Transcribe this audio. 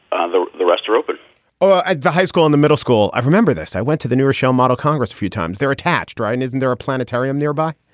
ah the the rest are open oh, at the high school. in the middle school. i remember this. i went to the new rochelle model congress few times. they're attached, right. ryan, isn't there a planetarium nearby?